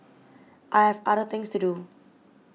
I have other things to do